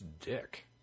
dick